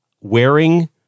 Wearing